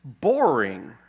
boring